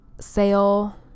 sale